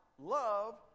Love